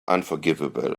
unforgivable